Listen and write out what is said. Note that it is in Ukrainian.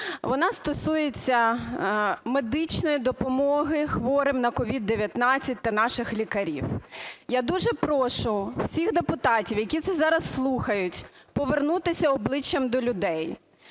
Вона стосується медичної допомоги хворим на COVID-19 та наших лікарів. Я дуже прошу всіх депутатів, які це зараз слухають повернутися обличчям до людей.